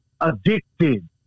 addicted